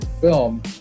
film